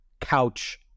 couch